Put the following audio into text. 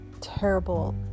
terrible